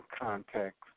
context